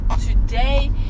today